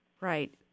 Right